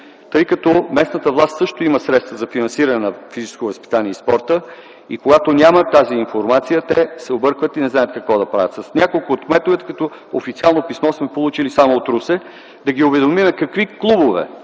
от Русе. Местната власт също има средства за финансиране на физическото възпитание и спорта и когато нямат тази информация, се объркват и не знаят какво да правят. Официално писмо сме получили само от Русе – да ги уведомим какви клубове